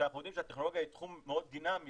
כשאנחנו יודעים שהטכנולוגיה היא תחום מאוד דינמי